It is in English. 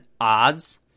odds